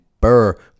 Burr